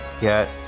get